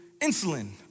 insulin